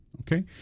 Okay